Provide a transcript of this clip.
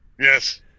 yes